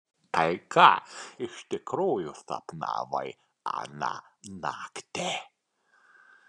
tai ką iš tikrųjų sapnavai aną naktį